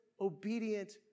obedient